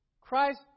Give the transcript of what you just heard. Christ